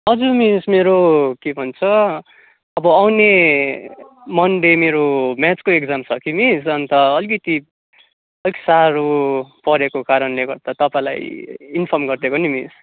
हजुर मिस मेरो के भन्छ अब आउने मन्डे मेरो म्याथ्सको इक्जाम छ कि मिस अन्त अलिकिति अलिक साह्रो परेको कारणले गर्दा तपाईँलाई इन्फर्म गरिदिएको नि मिस